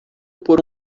por